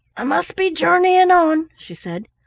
i must be journeying on, she said.